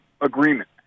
agreement